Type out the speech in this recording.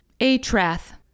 Atrath